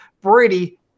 Brady